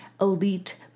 elite